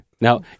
now